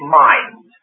mind